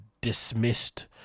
dismissed